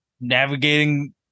navigating